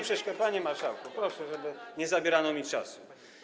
Panie marszałku, proszę, żeby nie zabierano mi czasu.